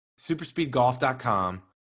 Superspeedgolf.com